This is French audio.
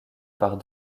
part